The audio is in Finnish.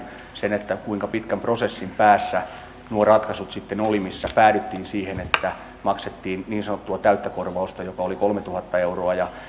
sen kuinka pitkän prosessin päässä sitten olivat nuo ratkaisut missä päädyttiin siihen että maksettiin niin sanottua täyttä korvausta joka oli kolmetuhatta euroa ja